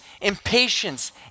impatience